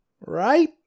Right